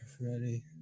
ready